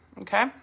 Okay